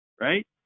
right